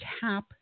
cap